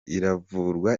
iravurwa